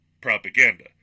propaganda